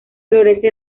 florece